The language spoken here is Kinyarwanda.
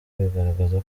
bigaragaza